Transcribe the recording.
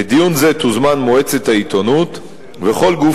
לדיון זה יוזמנו מועצת העיתונות וכל גוף